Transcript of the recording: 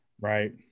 right